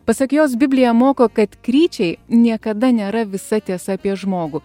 pasak jos biblija moko kad kryčiai niekada nėra visa tiesa apie žmogų